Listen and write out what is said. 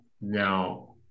Now